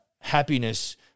happiness